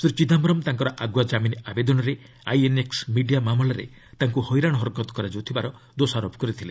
ଶ୍ରୀ ଚିଦାୟରମ ତାଙ୍କର ଆଗୁଆ କାମିନ ଆବେଦନରେ ଆଇଏନ୍ଏକ୍ସ ମିଡିଆ ମାମଲାରେ ତାଙ୍କୁ ହଇରାଣ ହରକତ କରାଯାଉଥିବାର ଦୋଷାରୋପ କରିଥିଲେ